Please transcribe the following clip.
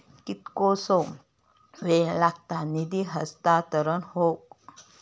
कितकोसो वेळ लागत निधी हस्तांतरण हौक?